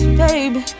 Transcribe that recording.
baby